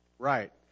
Right